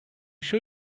show